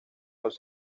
los